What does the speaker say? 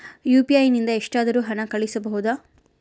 UPI ನಿಂದ ಎಷ್ಟಾದರೂ ಹಣ ಕಳಿಸಬಹುದಾ?